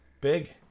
Big